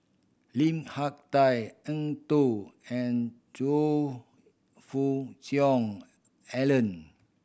Lim Hak Tai Eng Tow and Choe Fook Cheong Alan